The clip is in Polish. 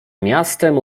miastem